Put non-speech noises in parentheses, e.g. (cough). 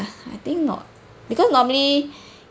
I think not because normally (breath)